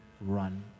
run